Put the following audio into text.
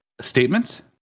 statements